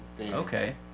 okay